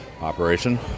operation